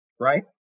right